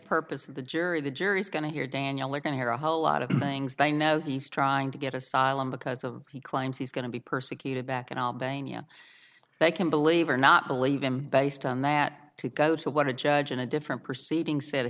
purpose of the jury the jury's going to hear danielle are going to hear a whole lot of things they know he's trying to get asylum because of he claims he's going to be persecuted back in albania they can believe or not believe him based on that to go to what a judge in a different proceeding said